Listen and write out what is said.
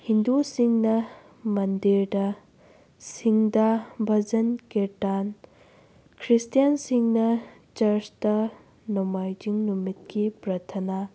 ꯍꯤꯟꯗꯨꯁꯤꯡꯅ ꯃꯟꯗꯤꯔꯗ ꯁꯤꯡꯗ ꯕꯖꯟ ꯀꯤꯔꯇꯥꯟ ꯈ꯭ꯔꯤꯁꯇꯤꯌꯥꯟꯁꯤꯡꯅ ꯆꯔꯁꯇ ꯅꯣꯡꯃꯥꯏꯖꯤꯡ ꯅꯨꯃꯤꯠꯀꯤ ꯄ꯭ꯔꯊꯅꯥ